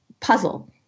puzzle